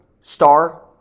star